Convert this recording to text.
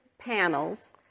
panels